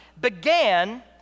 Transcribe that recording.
began